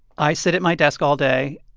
i sit at my desk all day,